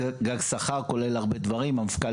העניין,